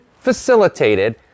facilitated